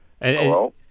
Hello